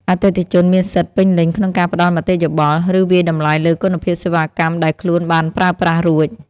អតិថិជនមានសិទ្ធិពេញលេញក្នុងការផ្ដល់មតិយោបល់ ឬវាយតម្លៃលើគុណភាពសេវាកម្មដែលខ្លួនបានប្រើប្រាស់រួច។